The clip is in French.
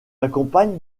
accompagne